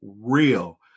real